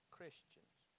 Christians